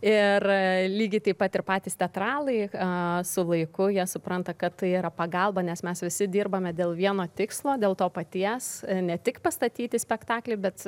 ir lygiai taip pat ir patys teatralai su laiku jie supranta kad tai yra pagalba nes mes visi dirbame dėl vieno tikslo dėl to paties ne tik pastatyti spektaklį bet